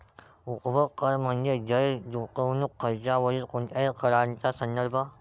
उपभोग कर म्हणजे गैर गुंतवणूक खर्चावरील कोणत्याही कराचा संदर्भ